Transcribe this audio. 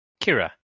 Kira